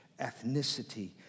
ethnicity